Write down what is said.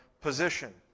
position